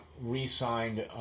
re-signed